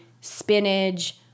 spinach